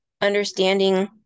understanding